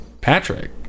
Patrick